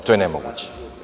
To je nemoguće.